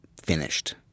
finished